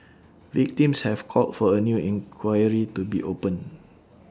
victims have called for A new inquiry to be opened